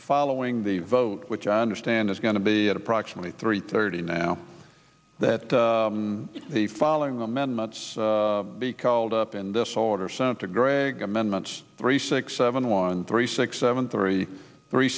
following the vote which i understand is going to be at approximately three thirty now that the following amendments be called up in this order sent to gregg amendment three six seven one three six seven three three